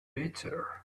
better